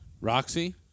Roxy